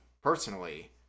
personally